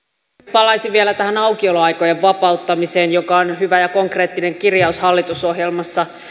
palaisin vielä tähän aukioloaikojen vapauttamiseen joka on hyvä ja konkreettinen kirjaus hallitusohjelmassa